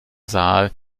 saal